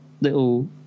little